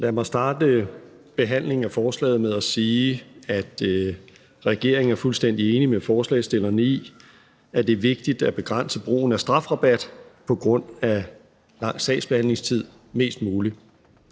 Lad mig starte behandlingen af forslaget med at sige, at regeringen er fuldstændig enig med forslagsstillerne i, at det er vigtigt at begrænse brugen af strafrabat på grund af lang sagsbehandlingstid mest muligt.